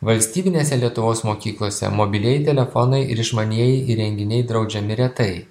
valstybinėse lietuvos mokyklose mobilieji telefonai ir išmanieji įrenginiai draudžiami retai